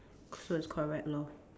so it's correct lor